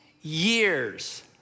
years